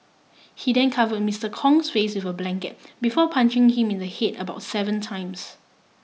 he then covered Mister Kong's face with a blanket before punching him in the head about seven times